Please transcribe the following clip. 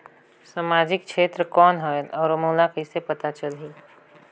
समाजिक क्षेत्र कौन होएल? और मोला कइसे पता चलही?